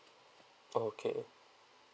okay